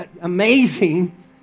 amazing